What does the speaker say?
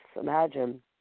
imagine